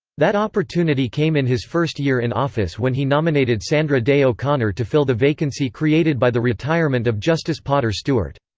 that opportunity came in his first year in office when he nominated sandra day o'connor to fill the vacancy created by the retirement of justice potter stewart.